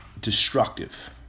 destructive